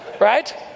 Right